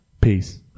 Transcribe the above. Peace